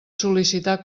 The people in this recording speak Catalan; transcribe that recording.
sol·licitar